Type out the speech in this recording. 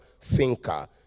thinker